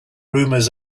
rumors